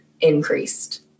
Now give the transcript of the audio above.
increased